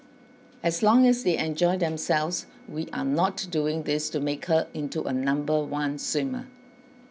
as long as they enjoy themselves we are not doing this to make her into a number one swimmer